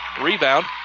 Rebound